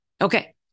Okay